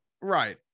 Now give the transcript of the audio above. Right